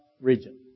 region